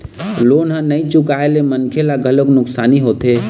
loan ल नइ चुकाए ले मनखे ल घलोक नुकसानी होथे